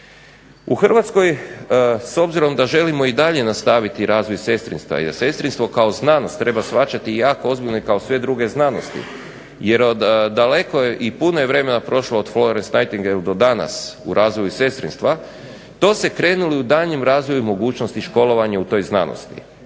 U Hrvatskoj s obzirom da želimo i dalje nastaviti razvoj sestrinstva, jer sestrinstvo kao znanost treba shvaćati jako ozbiljno i kao sve druge znanosti, jer daleko i puno je vremena prošlo od …/Govornik se ne razumije./… do danas u razvoju sestrinstva, to se krenulo u daljnjem razvoju mogućnosti školovanja u toj znanosti,